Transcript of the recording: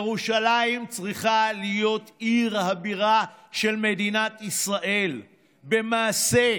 ירושלים צריכה להיות עיר הבירה של מדינת ישראל במעשה,